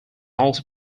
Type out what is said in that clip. also